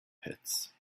pits